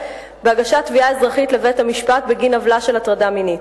בהגשת תביעה אזרחית לבית-המשפט בגין עוולה של הטרדה מינית.